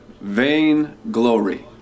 Vainglory